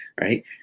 right